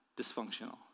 dysfunctional